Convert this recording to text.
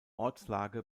ortslage